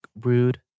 rude